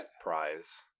prize